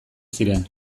ziren